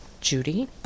Judy